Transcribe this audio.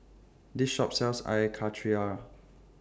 This Shop sells Air Karthira